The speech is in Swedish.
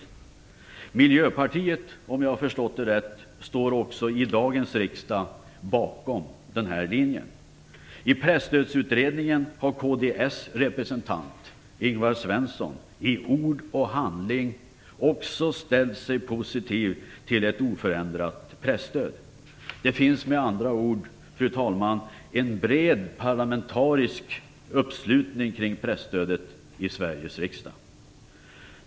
Också Miljöpartiet ansluter sig, om jag har förstått saken rätt, till denna linje. I Presstödsutredningen har kds representant, Ingvar Svensson, i ord och handling ställt sig positiv till ett oförändrat presstöd. Det finns alltså, fru talman, en bred parlamentarisk uppslutning kring presstödet i Sveriges riksdag.